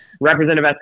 Representative